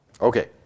Okay